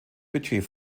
budget